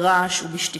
ברעש ובשתיקה.